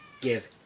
give